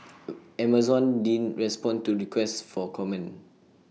Amazon didn't respond to requests for comment